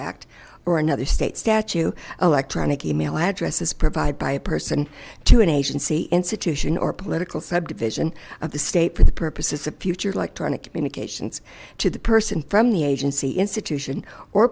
act or another state statue electronic e mail addresses provided by a person to an agency institution or political subdivision of the state for the purposes of future liked or in a communications to the person from the agency institution or